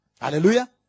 Hallelujah